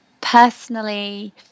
Personally